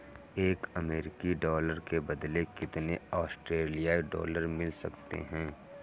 एक अमेरिकी डॉलर के बदले कितने ऑस्ट्रेलियाई डॉलर मिल सकते हैं?